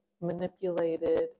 manipulated